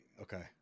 okay